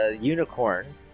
unicorn